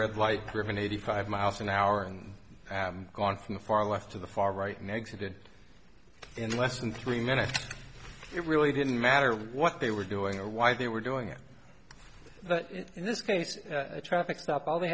red light person eighty five miles an hour and have gone from the far left to the far right now exited in less than three minutes it really didn't matter what they were doing or why they were doing it but in this case a traffic stop all they